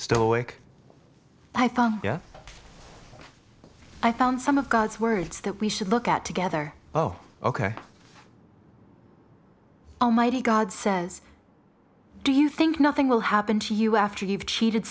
still awake i thought i found some of god's words that we should look at together oh ok almighty god says do you think nothing will happen to you after you've cheated